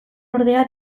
ordea